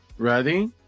Ready